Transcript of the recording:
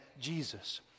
Jesus